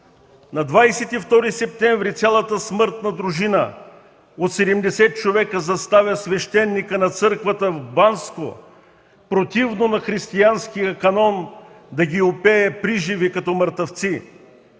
На 22 септември цялата смъртна дружина от 70 човека заставя свещеника на църквата в Банско противно на християнския канон да ги опее приживе като мъртъвци.